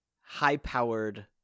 high-powered